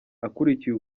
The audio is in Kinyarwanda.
akurikiye